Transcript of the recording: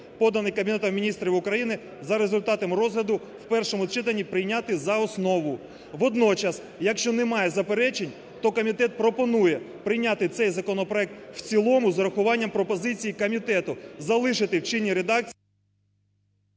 поданий Кабінетом Міністрів України, за результатами розгляду в першому читанні прийняти за основу. Водночас, якщо немає заперечень, то комітет пропонує прийняти цей законопроект в цілому з урахуванням пропозицій комітету, залишити в чинній редакції…